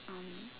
um